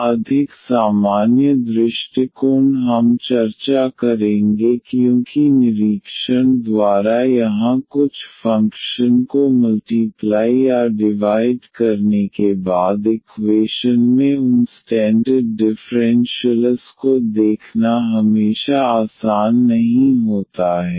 थोड़ा अधिक सामान्य दृष्टिकोण हम चर्चा करेंगे क्योंकि निरीक्षण द्वारा यहां कुछ फंक्शन को मल्टीप्लाई या डिवाइड करने के बाद इक्वेशन में उन स्टैंडर्ड डिफ़्रेंशियलस् को देखना हमेशा आसान नहीं होता है